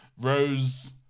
Rose